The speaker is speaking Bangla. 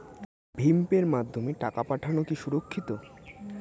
ভিম পের মাধ্যমে টাকা পাঠানো কি সুরক্ষিত?